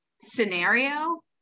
scenario